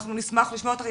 אנחנו נשמח לשמוע אותך,